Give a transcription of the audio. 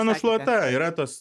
nušluota yra tos